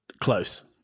Close